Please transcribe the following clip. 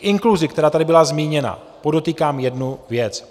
K inkluzi, která tady byla zmíněna, podotýkám jednu věc.